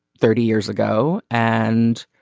thirty years ago. and,